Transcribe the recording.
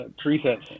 Teresa